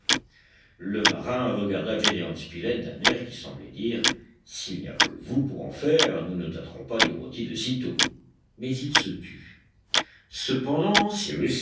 le marin regarda gédéon spilett d'un air qui semblait dire s'il n'y a que vous pour en faire nous ne tâterons pas du rôti de sitôt mais il se tut cependant